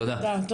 תודה.